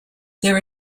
there